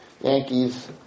Yankees